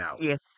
Yes